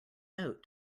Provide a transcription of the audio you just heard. note